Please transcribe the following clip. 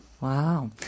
Wow